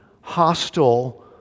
hostile